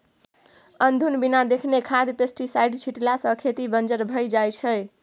अनधुन बिना देखने खाद पेस्टीसाइड छीटला सँ खेत बंजर भए जाइ छै